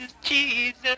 Jesus